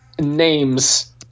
names